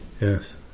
Yes